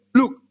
look